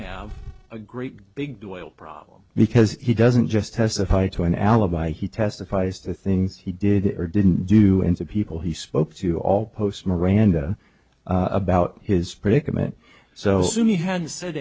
have a great big oil problem because he doesn't just testify to an alibi he testifies to things he did or didn't do as a people he spoke to all post miranda about his predicament so me hadn't said